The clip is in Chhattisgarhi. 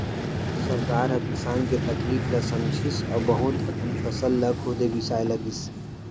सरकार ह किसान के तकलीफ ल समझिस अउ बहुत अकन फसल ल खुदे बिसाए लगिस